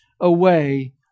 away